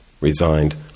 resigned